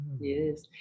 Yes